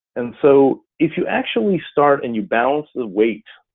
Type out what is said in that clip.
and so if you actually start and you balance the weight,